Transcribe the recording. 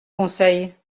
conseil